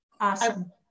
Awesome